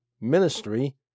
ministry